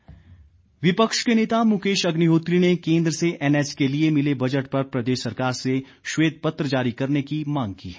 मुकेश अग्निहोत्री विपक्ष के नेता मुकेश अग्निहोत्री ने केंद्र से एनएच के लिए मिले बजट पर प्रदेश सरकार से श्वेत पत्र जारी करने की मांग की है